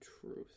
Truth